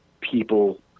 people